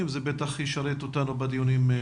זה בטח ישרת אותנו בדיונים הבאים.